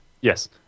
Yes